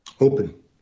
Open